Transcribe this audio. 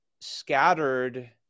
scattered